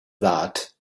that